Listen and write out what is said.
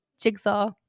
Jigsaw